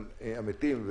אחרי המתים,